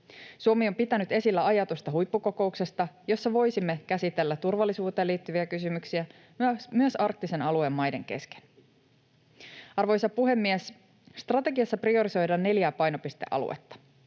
Suomi on pitänyt esillä ajatusta huippukokouksesta, jossa voisimme käsitellä turvallisuuteen liittyviä kysymyksiä myös arktisen alueen maiden kesken. Arvoisa puhemies! Strategiassa priorisoidaan neljää painopistealuetta.